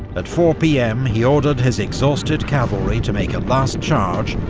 at four pm, he ordered his exhausted cavalry to make a last charge,